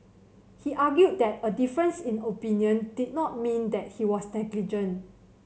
he argued that a difference in opinion did not mean that he was negligent